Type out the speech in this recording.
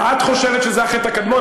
את חושבת שזה החטא הקדמון.